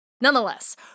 Nonetheless